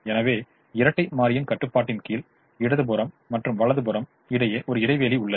எனவே இரட்டை மாறியின் கட்டுப்பாட்டின் கீழ் இடது புறம் மற்றும் வலது புறம் இடையே ஒரு இடைவெளி உள்ளது